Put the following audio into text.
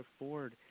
afford